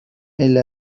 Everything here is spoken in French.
elle